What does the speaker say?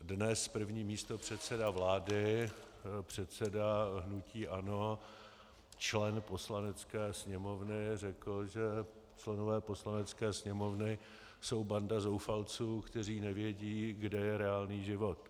Dnes první místopředseda vlády, předseda hnutí ANO, člen Poslanecké sněmovny řekl, že členové Poslanecké sněmovny jsou banda zoufalců, kteří nevědí, kde je reálný život.